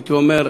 הייתי אומר,